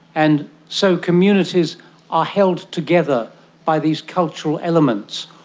and so communities are held together by these cultural elements,